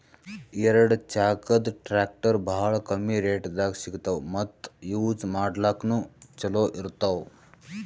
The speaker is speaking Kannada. ಎರಡ ಚಾಕದ್ ಟ್ರ್ಯಾಕ್ಟರ್ ಭಾಳ್ ಕಮ್ಮಿ ರೇಟ್ದಾಗ್ ಸಿಗ್ತವ್ ಮತ್ತ್ ಯೂಜ್ ಮಾಡ್ಲಾಕ್ನು ಛಲೋ ಇರ್ತವ್